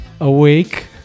awake